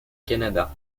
canada